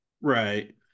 right